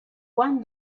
one